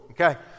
Okay